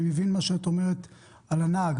אני מבין מה שאת אומרת על הנהג,